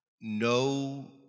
no